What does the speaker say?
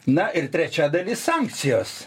na ir trečia dalis sankcijos